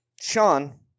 Sean